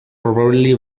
probably